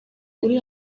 uri